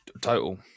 total